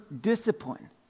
discipline